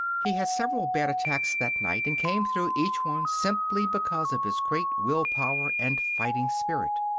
he had several bad attacks that night and came through each one simply because of his great will power and fighting spirit.